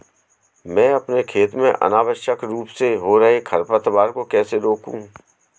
मैं अपने खेत में अनावश्यक रूप से हो रहे खरपतवार को कैसे रोकूं?